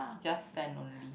just sand only